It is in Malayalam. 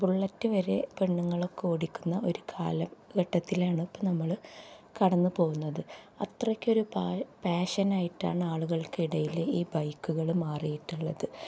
ബുള്ളറ്റ് വരെ പെണ്ണുങ്ങളൊക്കെ ഓടിക്കുന്ന ഒരു കാലം ഘട്ടത്തിലാണ് ഇപ്പം നമ്മൾ കടന്ന് പോകുന്നത് അത്രക്ക് ഒരു പേഷനായിട്ടാണ് ആളുകൾക്കിടയിൽ ഈ ബൈക്കുകൾ മാറിയിട്ടുള്ളത്